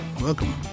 Welcome